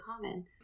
common